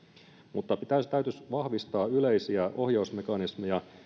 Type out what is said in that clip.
mutta täytyisi vahvistaa yleisiä ohjausmekanismeja